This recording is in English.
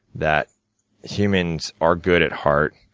that humans are good at heart,